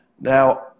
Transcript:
Now